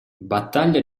battaglia